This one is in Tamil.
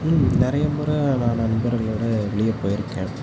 ம் நிறைய முறை நான் நண்பர்களோடு வெளியே போயிருக்கேன்